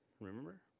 remember